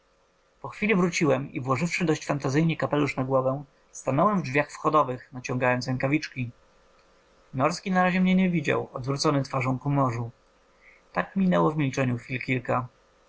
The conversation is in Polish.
po chwili wróciłem i włożywszy dość fantazyjnie kapelusz na głowę stanąłem w drzwiach wchodowych naciągając rękawiczki norski narazie mnie nie widział odwrócony twarzą ku morzu tak minęło w milczeniu chwil kilka